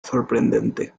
sorprendente